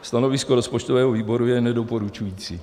Stanovisko rozpočtového výboru je nedoporučující.